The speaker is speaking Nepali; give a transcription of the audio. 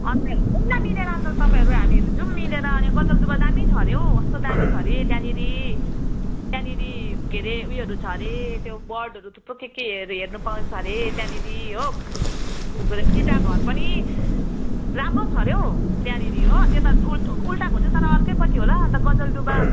अन्त जाउँ न मिलेर अन्त तपाईँहरू हामीहरू जाउँ मिलेर गजलडुब्बा दामी छ अरे हौ कस्तो दामी छ अरे त्यहाँनिर त्यहाँनिर के अरे उयोहरू छ अरे त्यो बर्डहरू थुप्रो के केहरू हेर्नु पाउँछ अरे त्यहाँनिर हो उल्टा घर पनि राम्रो छ अरे हौ त्यहाँनिर हो त्यता उल्टा घर चाहिँ तर अर्कैपट्टि होला अनि गजलडुब्बा